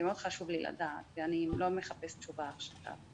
מאוד חשוב לי לדעת, ואני לא מחפשת תשובה עכשיו.